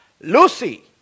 Lucy